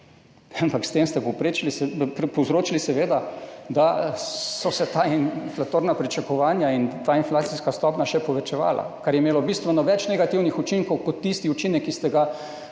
ampak s tem ste seveda povzročili, da so se ta inflatorna pričakovanja in inflacijska stopnja še povečevala, kar je imelo bistveno več negativnih učinkov kot tisti učinek, ki ste ga